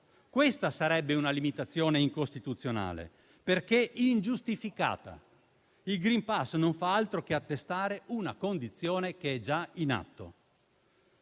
Questa sarebbe una limitazione incostituzionale, perché ingiustificata. Il *green pass* non fa altro che attestare una condizione che è già in atto.